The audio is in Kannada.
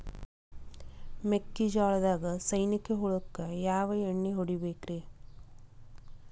ಮೆಕ್ಕಿಜೋಳದಾಗ ಸೈನಿಕ ಹುಳಕ್ಕ ಯಾವ ಎಣ್ಣಿ ಹೊಡಿಬೇಕ್ರೇ?